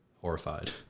horrified